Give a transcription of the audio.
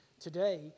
today